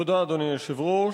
תודה, אדוני היושב-ראש.